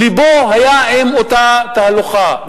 לבו היה עם אותה תהלוכה.